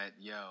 yo